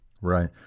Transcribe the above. Right